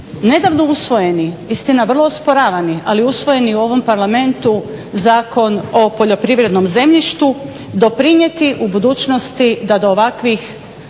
nedavno usvojeni, istina vrlo osporavani ali usvojeni u ovom Parlamentu Zakon o poljoprivrednom zemljištu doprinijeti u budućnosti da do ovakvih